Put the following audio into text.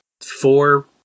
Four